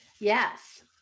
Yes